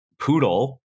Poodle